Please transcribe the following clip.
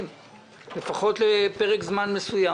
לפחות לפרק זמן מסוים?